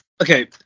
okay